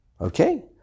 Okay